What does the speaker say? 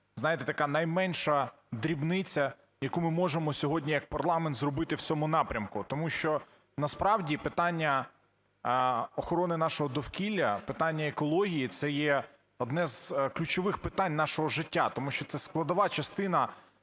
знаєте, така найменша дрібниця, яку ми можемо сьогодні як парламент зробити в цьому напрямку. Тому що насправді питання охорони нашого довкілля, питання екології – це є одне з ключових питань нашого життя, тому що це складова частина